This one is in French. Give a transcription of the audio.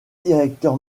directeur